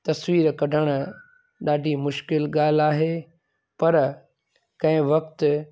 तस्वीर कढण ॾाढी मुश्किलु ॻाल्हि आहे पर कंहिं वक़्ति